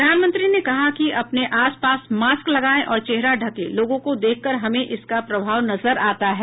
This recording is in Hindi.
प्रधानमंत्री ने कहा कि अपने आस पास मास्क लगाये और चेहरा ढके लोगों को देखकर हमें इसका प्रभाव नजर आता है